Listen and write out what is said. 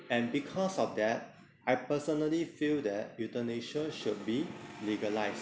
and because of that I personally feel that euthanasia should be legalized